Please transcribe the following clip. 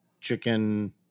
chicken